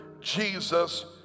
Jesus